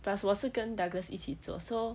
plus 我是跟 douglas 一起做 so